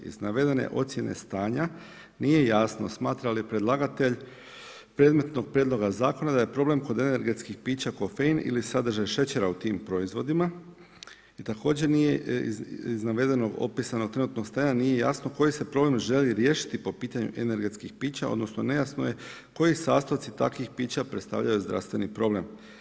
Iz navedene ocjene stanja nije jasno smatra li predlagatelj predmetnog prijedloga Zakona da je problem kod energetskih pića kofein ili sadržaj šećera u tim proizvodima i također nije iz navedenog opisano trenutnog stanja nije jasno koji se problem želi riješiti po pitanju energetskih pića odnosno nejasno je koji sastojci takvih pića predstavljaju zdravstveni problem.